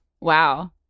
Wow